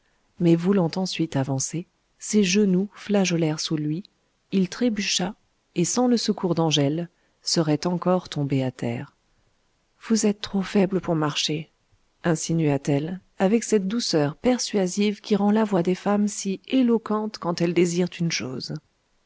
mais voulant ensuite avancer ses genoux flageolèrent sous lui il trébucha et sans le secours d'angèle serait encore tombé à terre vous êtes trop faible pour marcher insinua t elle avec cette douceur persuasive qui rend la voix des femmes si éloquente quand elles désirent une chose